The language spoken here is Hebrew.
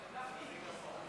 חבריי וחברותיי חברי הכנסת,